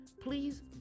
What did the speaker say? Please